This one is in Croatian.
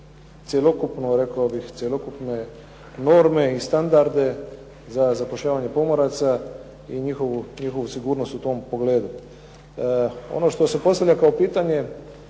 cjelokupnu, rekao bih cjelokupne norme i standarde za zapošljavanje pomoraca i njihovu sigurnost u tom pogledu. Ono što se postavlja kao pitanje